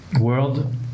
world